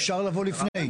אפשר לבוא לפני.